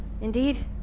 Indeed